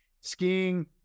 Skiing